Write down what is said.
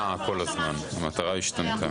המטרה נעה כל הזמן, המטרה השתנתה.